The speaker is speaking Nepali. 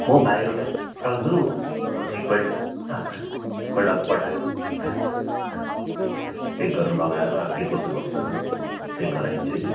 म भाइहरू पठाउँछु एकपल्ट एकपल्ट पठाएर चेक गर्नु लगाएर के कस्तो भएको छ म चेक गराइदिन्छु नि